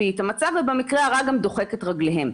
את המצב ובמקרה הרע גם דוחק את רגליהם.